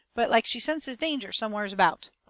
but like she senses danger somewheres about.